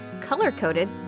color-coded